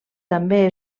també